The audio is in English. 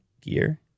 Gear